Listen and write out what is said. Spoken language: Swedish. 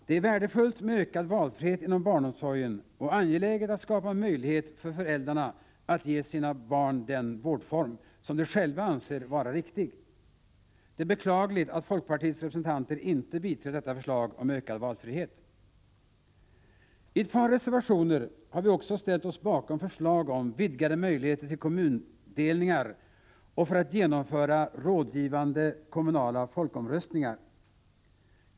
Det är värdefullt med ökad valfrihet inom barnomsorgen och angeläget att skapa möjlighet för föräldrarna att ge sina barn den vårdform som de själva anser vara riktig. Det är beklagligt att folkpartiets representanter inte biträtt detta förslag om ökad valfrihet. I ett par reservationer har vi också ställt oss bakom förslag om vidgade möjligheter till kommundelningar och för att genomföra rådgivande kommunala folkomröstningar.